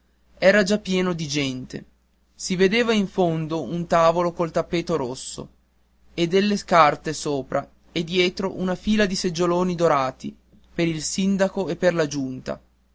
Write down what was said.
era già pieno di gente si vedeva in fondo un tavolo col tappeto rosso e delle carte sopra e dietro una fila di seggioloni dorati per il sindaco e per la giunta